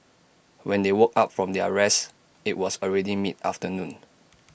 when they woke up from their rest IT was already mid afternoon